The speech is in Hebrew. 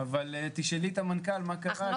אבל תשאלי את המנכ"ל מה קרה ש -- אנחנו